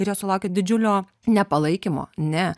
ir jos sulaukė didžiulio ne palaikymo ne